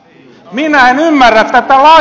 minä en ymmärrä tätä lainkaan